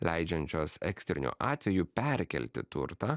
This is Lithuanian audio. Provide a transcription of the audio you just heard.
leidžiančios ekstriniu atveju perkelti turtą